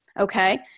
okay